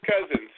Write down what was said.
cousins